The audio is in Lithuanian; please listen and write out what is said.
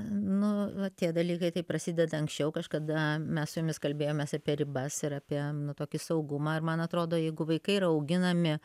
nu va tie dalykai tai prasideda anksčiau kažkada mes su jumis kalbėjomės apie ribas ir apie tokį saugumą ir man atrodo jeigu vaikai yra auginami